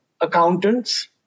accountants